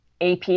AP